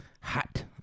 hot